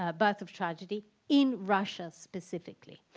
ah birth of tragedy in russia specifically,